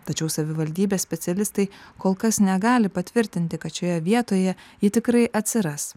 tačiau savivaldybės specialistai kol kas negali patvirtinti kad šioje vietoje ji tikrai atsiras